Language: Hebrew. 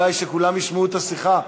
כדי שכולם ישמעו את השיחה,